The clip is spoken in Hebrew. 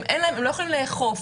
הם לא יכולים לאכוף,